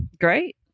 great